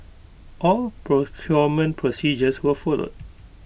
all procurement procedures were followed